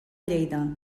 lleida